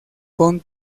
con